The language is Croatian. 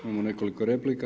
Imamo nekoliko replika.